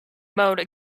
mode